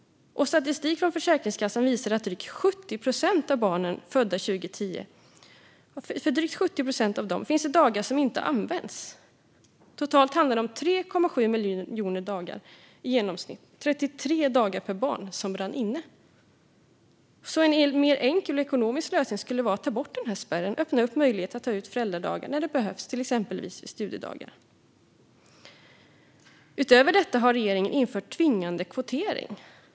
Statistik från Försäkringskassan visar att det för drygt 70 procent av barnen födda 2010 finns dagar som inte använts. Totalt handlar det om 3,7 miljoner dagar och i genomsnitt 33 dagar per barn som brinner inne. En enklare och mer ekonomisk lösning skulle vara att ta bort denna spärr och öppna upp för möjligheten att ta ut föräldradagar när det behövs, exempelvis vid studiedagar. Utöver detta har regeringen infört tvingande kvotering.